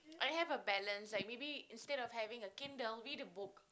and have a balance like maybe instead of having a Kindle read a book